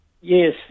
Yes